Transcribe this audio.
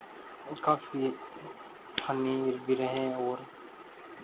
उसका फिर ठंडी भी रहें और